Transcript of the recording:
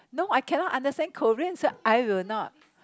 no I cannot understand Korean so I will not